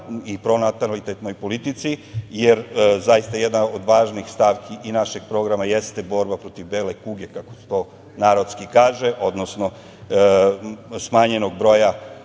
pronatalitenoj politici, jer zaista jedna od važnih stavki i našeg programa jeste borba protiv bele kuge, kako se to narodski kaže, odnosno disbalansa